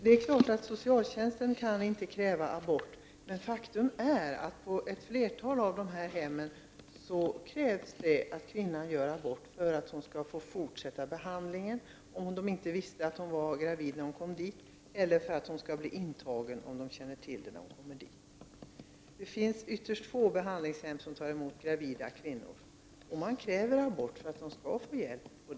Det är klart att socialtjänsten inte kan kräva abort, men faktum är att man på ett flertal av dessa hem kräver att kvinnan gör abort för att hon skall få fortsätta behandlingen, om personalen inte visste att kvinnan var gravid när hon togs in eller för att hon skall bli intagen, om personalen känner till graviditeten när hon kommer dit. Det finns ytterst få behandlingshem som tar emot gravida kvinnor. Man kräver abort för att kvinnan skall få hjälp.